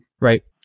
right